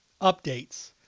updates